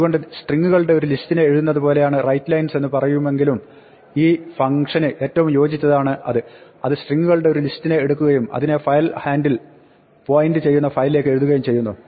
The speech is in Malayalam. അതുകൊണ്ട് സ്ട്രിങ്ങുകളുടെ ഒരു ലിസ്റ്റിനെ എഴുതുന്നത് പോലെയാണ് writelines എന്ന് പറയുമെങ്കിലും ഈ ഫംങ്ക്ഷന് ഏറ്റവും യോജിച്ചതാണ് അത് അത് സ്ട്രിങ്ങുകളുടെ ഒരു ലിസ്റ്റിനെ എടുക്കുകയും അതിനെ ഫയൽ ഹാൻഡിൽ പോയിന്റ് ചെയ്യുന്ന ഫയലിലേക്ക് എഴുതുകയും ചെയ്യുന്നു